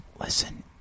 listen